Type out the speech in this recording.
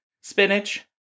spinach